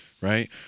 Right